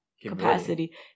capacity